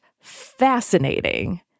fascinating